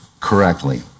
correctly